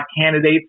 candidates